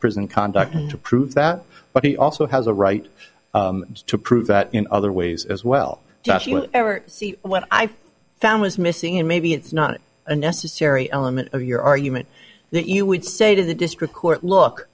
present conduct to prove that but he also has a right to prove that in other ways as well ever see what i found was missing and maybe it's not a necessary element of your argument that you would say to the district court look